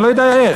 אני לא יודע איך,